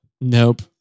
nope